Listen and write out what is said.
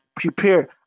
prepare